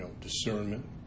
discernment